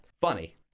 Funny